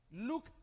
look